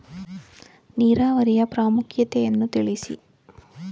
ನೀರಾವರಿಯ ಪ್ರಾಮುಖ್ಯತೆ ಯನ್ನು ತಿಳಿಸಿ?